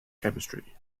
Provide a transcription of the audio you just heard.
chemistry